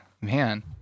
man